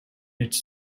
its